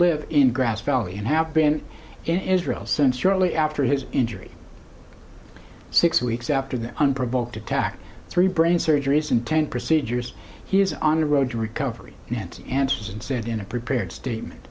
live in grass valley and have been in israel since shortly after his injury six weeks after the unprovoked attack three brain surgeries and ten procedures he is on a road to recovery nancy answered and said in a prepared statement